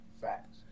facts